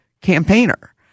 campaigner